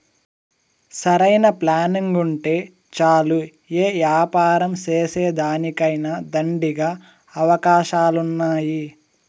సరైన ప్లానింగుంటే చాలు యే యాపారం సేసేదానికైనా దండిగా అవకాశాలున్నాయి